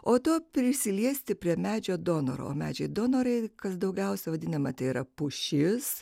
poto prisiliesti prie medžio donoro medžiai donorai kas daugiausiai vadinama tai yra pušis